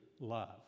love